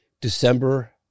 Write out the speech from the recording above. December